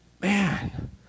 Man